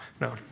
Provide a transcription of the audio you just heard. No